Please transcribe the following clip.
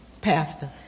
Pastor